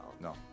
No